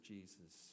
Jesus